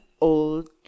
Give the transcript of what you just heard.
old